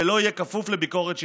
ולא יהיה כפוף לביקורת שיפוטית.